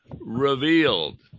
Revealed